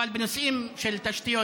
אבל בנושאים של תשתיות,